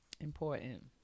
Important